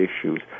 issues